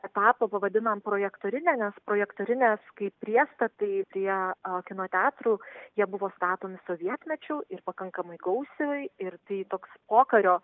etapą pavadinom projektrine projektorinės kaip priestatai ateityje kino teatrų jie buvo statomi sovietmečiu ir pakankamai gausiai ir tai toks pokario